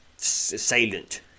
Assailant